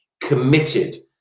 Committed